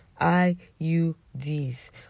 IUDs